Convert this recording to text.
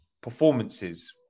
performances